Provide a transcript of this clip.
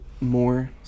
more